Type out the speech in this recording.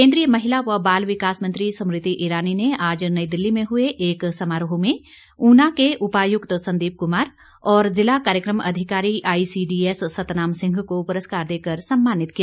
केन्द्रीय महिला व बाल विकास मंत्री स्मृति ईरानी ने आज नई दिल्ली में हुए एक समारोह में ऊना के उपायुक्त संदीप कुमार और ज़िला कार्यक्रम अधिकारी आईसीडीएस सतनाम सिंह को पुरस्कार देकर सम्मानित किया